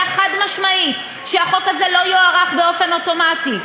חד-משמעית שהחוק הזה לא יוארך באופן אוטומטי.